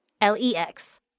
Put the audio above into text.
L-E-X